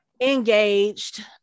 engaged